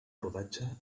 rodatge